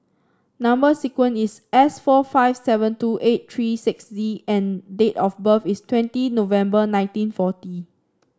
number sequence is S four five seven two eight three six Z and date of birth is twenty November nineteen forty